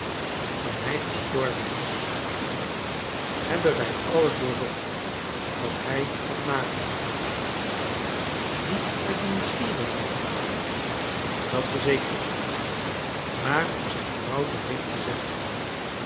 toen hij gestorven was hebben wij alles doorzocht wat hij had nagelaten niet uit nieuwsgierigheid dat verzeker ik u maar om zijn vrouw bericht te zenden